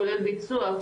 כולל ביצוע,